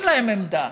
אין להם עמדה,